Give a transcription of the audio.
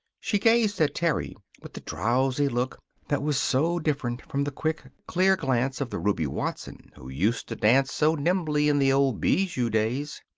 she gazed at terry with the drowsy look that was so different from the quick, clear glance of the ruby watson who used to dance so nimbly in the old bijou days.